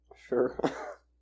Sure